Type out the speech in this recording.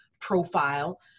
profile